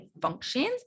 functions